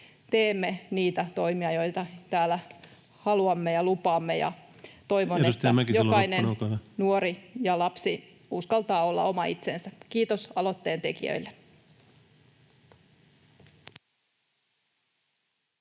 teemme niitä toimia, joita täällä haluamme ja lupaamme, ja toivon, että jokainen nuori ja lapsi uskaltaa olla oma itsensä. Kiitos aloitteen tekijöille.